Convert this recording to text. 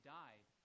died